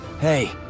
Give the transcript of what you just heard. Hey